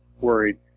worried